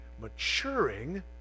maturing